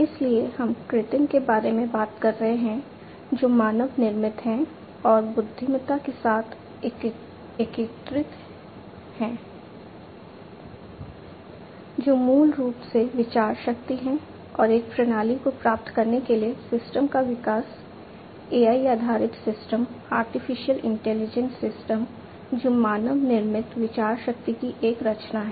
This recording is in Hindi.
इसलिए हम कृत्रिम के बारे में बात कर रहे हैं जो मानव निर्मित है और बुद्धिमत्ता के साथ एकीकृत है जो मूल रूप से विचार शक्ति है और एक प्रणाली को प्राप्त करने के लिए सिस्टम का विकास AI आधारित सिस्टम आर्टिफिशियल इंटेलिजेंस सिस्टम जो मानव निर्मित विचार शक्ति की एक रचना है